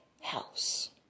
house